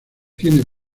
tiene